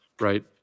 right